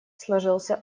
сложился